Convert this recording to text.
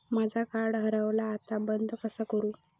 माझा कार्ड हरवला आता बंद कसा करू?